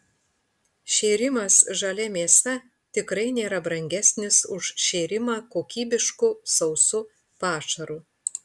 šėrimas žalia mėsa tikrai nėra brangesnis už šėrimą kokybišku sausu pašaru